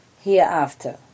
hereafter